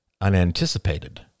unanticipated